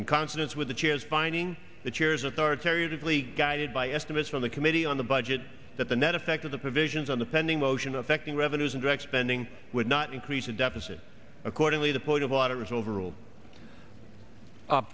in confidence with the chairs finding the chairs authoritarian sickly guided by estimates from the committee on the budget that the net effect of the provisions on the pending motion affecting revenues in direct spending would not increase the deficit accordingly t